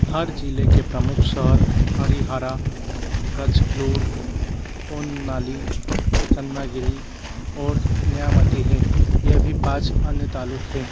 हर जिले के प्रमुख शहर हरिहारा गजलूर होन्नाली चन्नागिरी और न्यामती हैं यह भी पाँच अन्य तालुक हैं